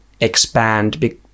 expand